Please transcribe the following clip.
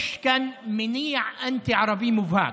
יש כאן מניע אנטי-ערבי מובהק,